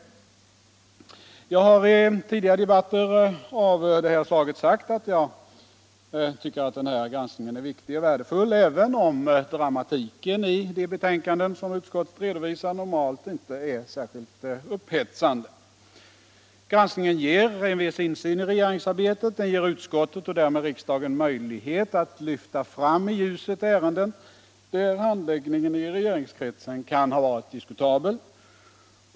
Jag har i tidigare debatter av det här slaget sagt att jag anser att denna granskning är viktig och värdefull, även om dramatiken i de betänkanden som utskottet redovisar normalt inte är särskilt upphetsande. Granskningen ger en viss insyn i regeringsarbetet, den ger utskottet och därmed riksdagen möjlighet att lyfta fram i ljuset ärenden där handläggningen i regeringskretsen kan ha varit diskutabel.